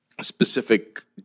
specific